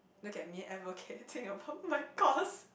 look at me advocating about my course